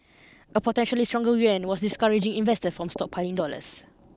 a potentially stronger yuan was discouraging investor from stockpiling dollars